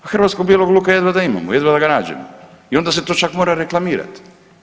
Hrvatskog bijelog luka jedva da imamo, jedva da ga nađemo i onda se to čak mora reklamirati.